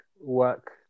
work